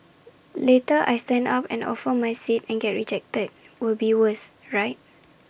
later I stand up and offer my seat and get rejected will be worse right